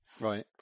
right